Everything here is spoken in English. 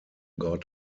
god